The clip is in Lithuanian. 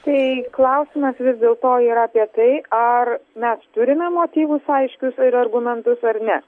tai klausimas vis dėl to yra apie tai ar mes turime motyvus aiškius ir argumentus ar ne